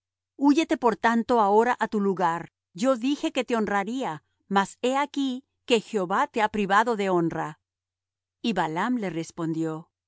húyete por tanto ahora á tu lugar yo dije que te honraría mas he aquí que jehová te ha privado de honra y balaam le respondió